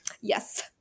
yes